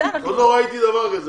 עוד לא ראיתי דבר כזה.